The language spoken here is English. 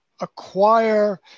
acquire